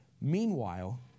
Meanwhile